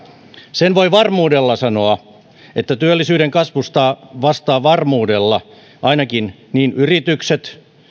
sen voi varmuudella sanoa että työllisyyden kasvusta vastaavat varmuudella ainakin niin yritykset